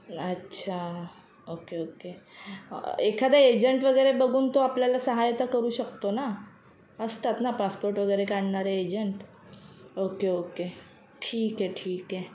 अच्छा okay okay एखादा agent वगैरे बघून तो आपल्याला सहायता करू शकतो ना असतात ना पासपोर्ट वगैरे काढणारे एजंट ओके ओके ठीक आहे ठीक आहे